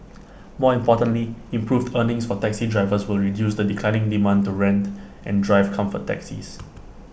more importantly improved earnings for taxi drivers will reduce the declining demand to rent and drive comfort taxis